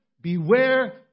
beware